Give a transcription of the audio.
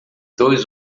dois